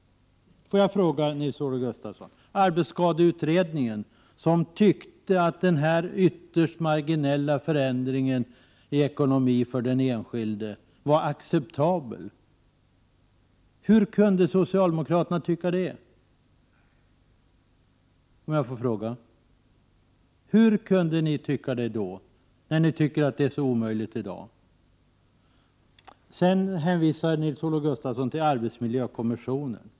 Får jag fråga Nils-Olof Gustafsson en sak. Hur kunde socialdemokraterna i arbetsskadeutredningen tycka att den här ytterst marginella förändringen i ekonomin för den enskilde var acceptabel? Hur kunde ni tycka det då, om jag får fråga, när ni tycker att det är så omöjligt i dag? Sedan hänvisar Nils-Olof Gustafsson till arbetsmiljökommissionen.